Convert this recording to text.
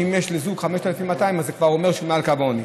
שאם יש לזוג 5,200 אז זה כבר אומר שהם מעל לקו העוני.